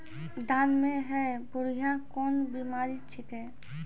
धान म है बुढ़िया कोन बिमारी छेकै?